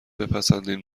بپسندین